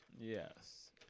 Yes